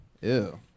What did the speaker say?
Ew